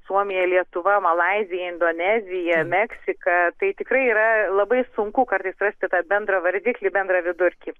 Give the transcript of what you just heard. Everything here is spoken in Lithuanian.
suomija lietuva malaizija indonezija meksika tai tikrai yra labai sunku kartais rasti tą bendrą vardiklį bendrą vidurkį